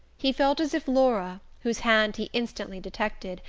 he felt as if laura, whose hand he instantly detected,